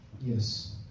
Yes